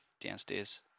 downstairs